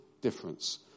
difference